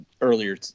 earlier